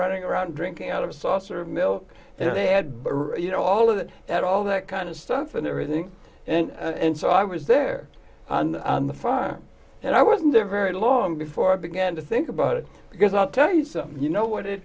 running around drinking out of a saucer of milk and they had you know all of that at all that kind of stuff and everything and so i was there on the farm and i wasn't there very long before i began to think about it because i'll tell you something you know what it